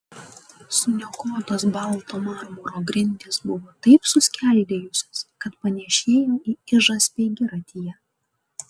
suniokotos balto marmuro grindys buvo taip suskeldėjusios kad panėšėjo į ižą speigiratyje